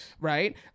right